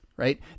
Right